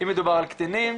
אם מדובר על קטינים